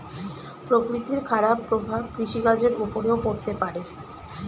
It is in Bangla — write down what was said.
প্রকৃতির খারাপ প্রভাব কৃষিকাজের উপরেও পড়তে পারে